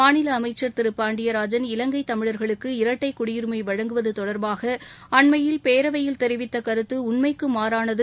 மாநில அமைச்சர் திரு பாண்டியராஜன் இலங்கை தமிழர்களுக்கு இரட்டை குடியுரிமை வழங்குவது தொடர்பாக அண்மையில் பேரஎவயில் தெரிவித்த கருத்து உண்மைக்கு மாறானது